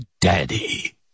daddy